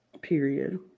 Period